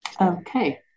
Okay